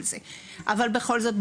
אבל בכל זאת,